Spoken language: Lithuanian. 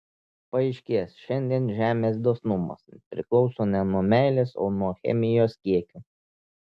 paaiškės šiandien žemės dosnumas priklauso ne nuo meilės o nuo chemijos kiekio